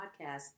podcast